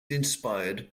inspired